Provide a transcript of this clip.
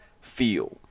feel